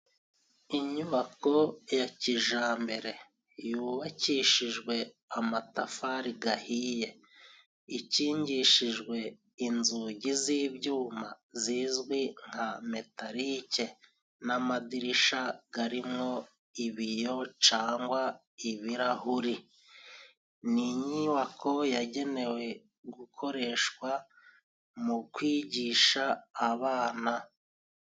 Inyubako ya kijambere yubakishijwe amatafari gahiye ikingishijwe inzugi z'ibyuma zizwi nka metalike n'amadirisha garimwo ibiyo cangwa ibirahuri, ni inyubako yagenewe gukoreshwa mu kwigisha abana.